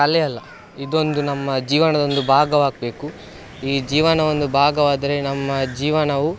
ಕಲೆ ಅಲ್ಲ ಇದೊಂದು ನಮ್ಮ ಜೀವನದ ಒಂದು ಭಾಗವಾಗ್ಬೇಕು ಈ ಜೀವನ ಒಂದು ಭಾಗವಾದ್ರೆ ನಮ್ಮ ಜೀವನವು